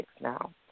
now